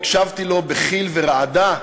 הקשבתי לו בחיל ורעדה: